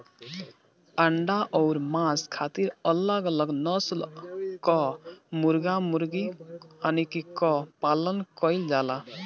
अंडा अउर मांस खातिर अलग अलग नसल कअ मुर्गा मुर्गी कअ पालन कइल जाला